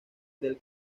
del